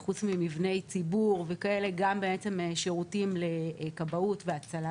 חברים בצוותים הבין-משרדיים שגם הוקמו בעקבות החלטת ממשלה